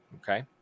Okay